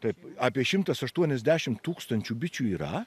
taip apie šimtas aštuoniasdešim tūkstančių bičių yra